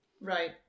Right